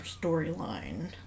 storyline